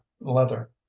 leather